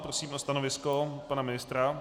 Prosím o stanovisko pana ministra.